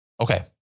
Okay